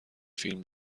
فیلم